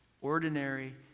ordinary